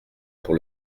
pour